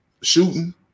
shooting